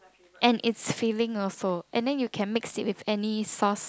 and it's filling also and then you can mix it with any sauce